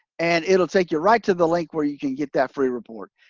and it'll take you right to the link where you can get that free report.